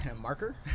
Marker